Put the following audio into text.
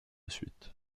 suite